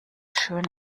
schön